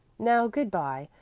now good-bye,